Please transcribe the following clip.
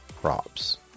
props